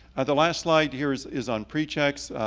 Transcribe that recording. the last slide here is is on pre-checks,